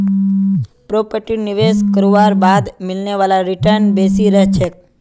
प्रॉपर्टीत निवेश करवार बाद मिलने वाला रीटर्न बेसी रह छेक